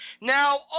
Now